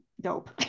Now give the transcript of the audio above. dope